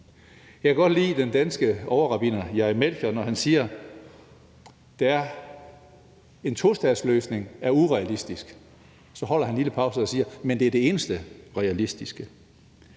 Jeg kan godt lide den danske overrabbiner, Jair Melchior, når han siger, at en tostatsløsning er urealistisk, hvorefter han holder en lille pause og siger: Men det er det eneste realistiske.